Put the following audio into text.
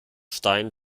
stein